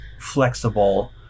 flexible